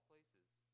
places